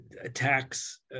Attacks